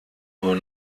nur